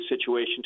situation